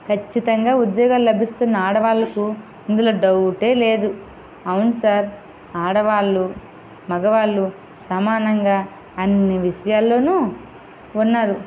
ఖచ్చితంగా ఉద్యోగాలు లభిస్తున్న ఆడవాళ్ళకు ఇందులో డౌటే లేదు అవును సార్ ఆడవాళ్ళు మగవాళ్ళు సమానంగా అన్నీ విషయాలలో ఉన్నారు